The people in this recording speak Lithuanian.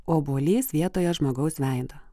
obuolys vietoje žmogaus veido